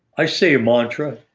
i say mantra.